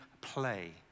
play